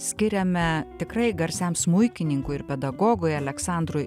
skiriame tikrai garsiam smuikininkui ir pedagogui aleksandrui